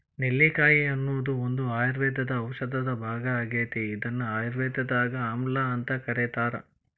ನೆಲ್ಲಿಕಾಯಿ ಅನ್ನೋದು ಒಂದು ಆಯುರ್ವೇದ ಔಷಧದ ಭಾಗ ಆಗೇತಿ, ಇದನ್ನ ಆಯುರ್ವೇದದಾಗ ಆಮ್ಲಾಅಂತ ಕರೇತಾರ